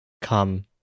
come